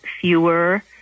fewer